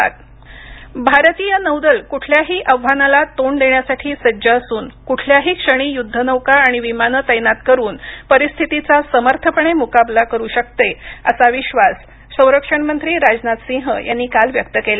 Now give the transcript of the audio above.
नौदल परिषद भारतीय नौदल कुठल्याही आव्हानाला तोंड देण्यासाठी सज्ज असून कुठल्याही क्षणी युद्धनौका आणि विमाने तैनात करुन परिस्थितीचा समर्थपणे मुकाबला करू शकते असा विश्वास संरक्षणमंत्री राजनाथसिंह यांनी काल व्यक्त केला